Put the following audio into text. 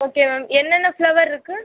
okay ma'am என்னென்ன flower இருக்குது